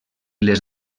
les